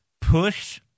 Push